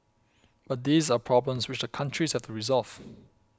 but these are problems which the countries have to resolve